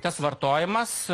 tas vartojimas